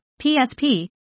PSP